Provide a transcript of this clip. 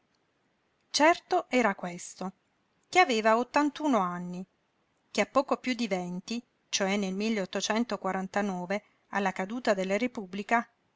certo era questo che aveva ottantun anni che a poco piú di venti cioè nel alla caduta della repubblica